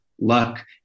luck